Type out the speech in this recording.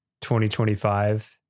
2025